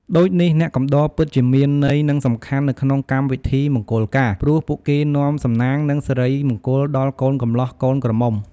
ដូចនេះ អ្នកកំដរពិតជាមានន័យនិងសំខាន់នៅក្នុងកម្មវិធីមង្គលការ ព្រោះពួកគេនាំសំណាង និងសិរីមង្គលដល់កូនកម្លោះកូនក្រមុំ។